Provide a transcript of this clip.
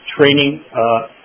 training